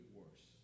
worse